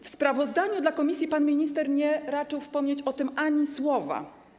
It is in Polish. W sprawozdaniu dla komisji pan minister nie raczył wspomnieć o tym ani słowa.